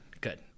good